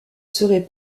serait